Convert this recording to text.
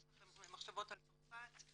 יש לכם מחשבות על עולי צרפת?